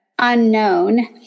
Unknown